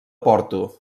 porto